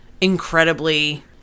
incredibly